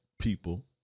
people